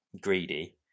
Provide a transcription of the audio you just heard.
greedy